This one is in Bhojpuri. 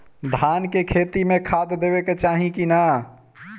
धान के खेती मे खाद देवे के चाही कि ना?